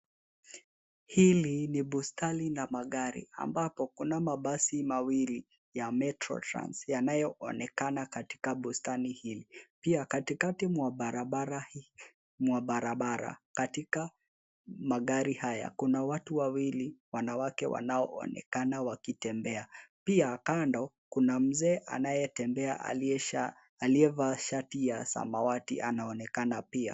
Hili ni bustani la magari ambapo kuna mabasi mawili ya Metro Trans, yanayoonekana katika bustani hili, pia katikati mwa barabara hii, katika magari haya, kuna watu wawili, wanawake wanaonekana wakitembea, pia kando kuna mzee anayetembea aliyevaa shati ya samawati anaonekana pia.